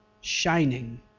shining